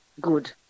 good